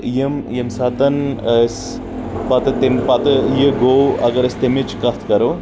یِم ییٚمہِ ساتہٕ أسۍ پتہٕ تیٚمہِ پتہٕ یہِ گوٚو اگر أسۍ تمِچ کتھ کرو